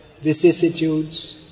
vicissitudes